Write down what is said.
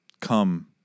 come